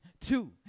Two